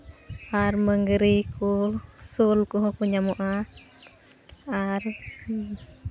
ᱟᱨ ᱢᱟᱺᱜᱽᱨᱤ ᱠᱚ ᱥᱳᱞ ᱠᱚᱦᱚᱸ ᱠᱚ ᱧᱟᱢᱚᱜᱼᱟ ᱟᱨ